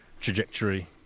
trajectory